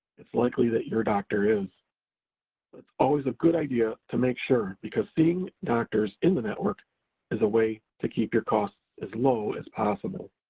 it's likely that your doctor is, but it's always a good idea to make sure, because seeing doctors in the network is a way to keep your costs as low as possible.